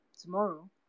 tomorrow